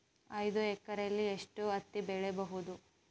ಐದು ಎಕರೆಯಲ್ಲಿ ಎಷ್ಟು ಹತ್ತಿ ಬೆಳೆಯಬಹುದು?